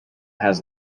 has